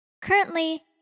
Currently